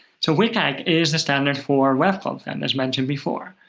so wcag is a standard for web content, as mentioned before.